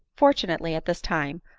fortunately, at this time,